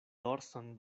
dorson